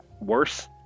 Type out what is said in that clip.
worse